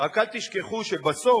רק אל תשכחו שבסוף,